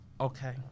Okay